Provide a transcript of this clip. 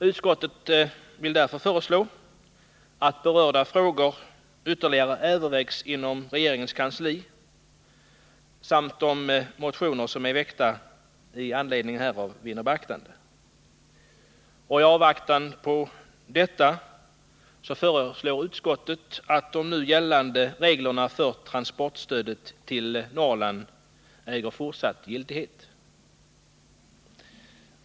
Utskottet föreslår därför att berörda frågor ytterligare övervägs inom regeringens kansli samt att de motioner som väckts vinner beaktande. I avvaktan härpå föreslår utskottet att de nu gällande reglerna för transportstödet till Norrland skall äga fortsatt giltighet.